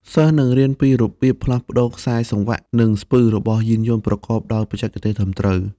សិស្សនឹងរៀនពីរបៀបផ្លាស់ប្តូរខ្សែសង្វាក់ និងស្ពឺ របស់យានយន្តប្រកបដោយបច្ចេកទេសត្រឹមត្រូវ។